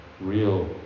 real